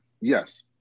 Yes